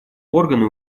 органы